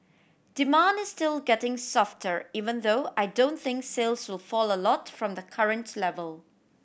demand is still getting softer even though I don't think sales will fall a lot from the current level